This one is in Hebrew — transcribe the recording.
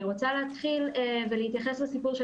אני רוצה להתחיל ולהתייחס לסיפור של